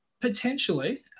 Potentially